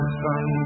sun